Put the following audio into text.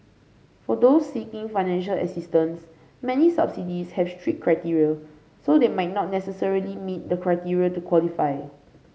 for those seeking financial assistance many subsidies have strict criteria so they might not necessarily meet the criteria to qualify